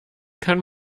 kann